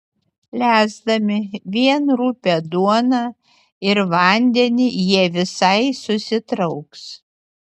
lesdami vien rupią duoną ir vandenį jie visai susitrauks